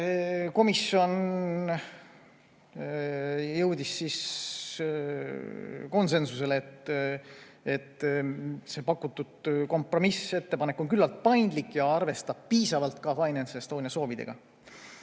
Komisjon jõudis konsensusele, et pakutud kompromissettepanek on küllalt paindlik ja arvestab piisavalt ka FinanceEstonia soovidega.